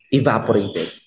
evaporated